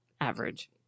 average